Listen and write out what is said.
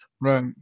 right